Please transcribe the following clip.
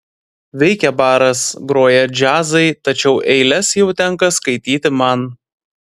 veikia baras groja džiazai tačiau eiles jau tenka skaityti man